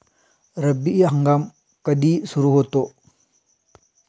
रब्बी हंगाम कधी सुरू होतो?